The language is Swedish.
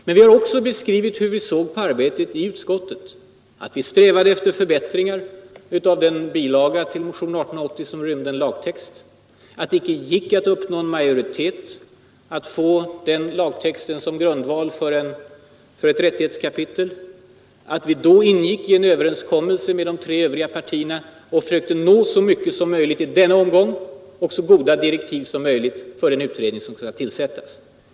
Men vi har också beskrivit hur vi såg på arbetet i utskottet, att vi strävade efter förbättringar av den bilaga till motionen 1880 som rymde en lagtext men att det inte gick att uppnå en majoritet för att få den lagtexten som en grundval för ett rättighetskapitel. Vi ingick då en överenskommelse med de tre övriga partierna och försökte uppnå så mycket som möjligt i den omgången, så goda direktiv som möjligt för den utredning som skall tillsättas.